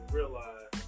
realize